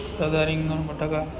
સાદા રીંગણ બટાકા